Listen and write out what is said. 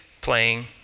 playing